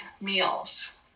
meals